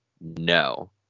No